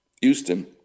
Houston